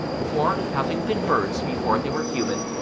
for, having been birds before they were human,